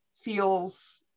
feels